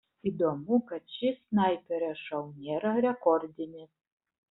įdomu kad šis snaiperio šou nėra rekordinis